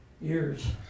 years